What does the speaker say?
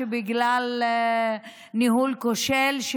שבגלל ניהול כושל,